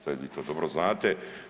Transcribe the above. Sve vi to dobro znate.